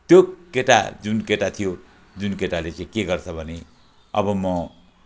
त्यो केटा जुन केटा थियो जुन केटाले चाहिँ के गर्छ भने अब म